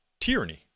tyranny